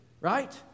right